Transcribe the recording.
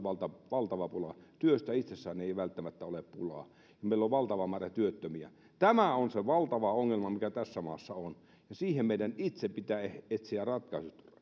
valtava pula työstä itsessään ei välttämättä ole pulaa ja meillä on valtava määrä työttömiä tämä on se valtava ongelma mikä tässä maassa on ja siihen meidän itse pitää etsiä ratkaisut